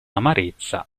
amarezza